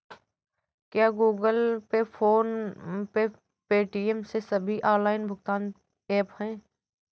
क्या Google Pay PhonePe Paytm ये सभी ऑनलाइन भुगतान ऐप हैं?